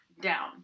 down